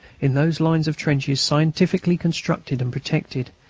in those lines of trenches scientifically constructed and protected,